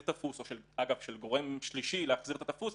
תפוס או של גורם שלישי להחזיר את התפוס